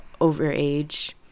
overage